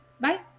Bye